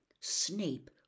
Snape